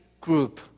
group